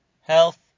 health